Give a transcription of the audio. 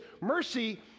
mercy